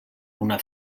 una